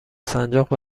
سنجاق